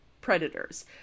predators